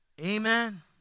Amen